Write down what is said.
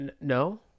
No